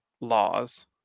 laws